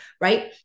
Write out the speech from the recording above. right